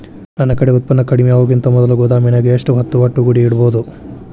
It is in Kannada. ನನ್ ಕಡೆ ಉತ್ಪನ್ನ ಕಡಿಮಿ ಆಗುಕಿಂತ ಮೊದಲ ಗೋದಾಮಿನ್ಯಾಗ ಎಷ್ಟ ಹೊತ್ತ ಒಟ್ಟುಗೂಡಿ ಇಡ್ಬೋದು?